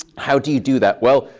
how do you do that? well,